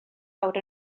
awr